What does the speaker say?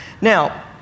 Now